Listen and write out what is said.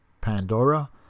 Pandora